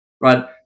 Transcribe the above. right